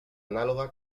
anàloga